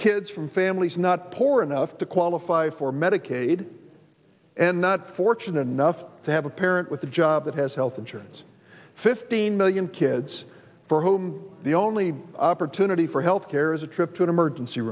kids from families not poor enough to qualify for medicaid and not fortunate enough to have a parent with a job that has health insurance fifteen million kids for whom the only opportunity for health care is a trip to an emergency